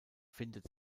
findet